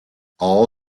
all